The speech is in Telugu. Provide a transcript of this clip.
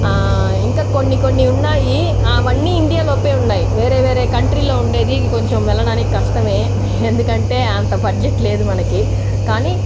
ఇంకా కొన్ని కొన్ని ఉన్నాయి అవన్నీ ఇండియాలోపే ఉన్నాయి వేరే వేరే కంట్రీ లో ఉండేది కొంచెం వెళ్ళడానికి కష్టమే ఎందుకంటే అంత బడ్జెట్ లేదు మనకి కానీ